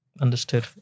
Understood